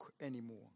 anymore